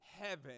heaven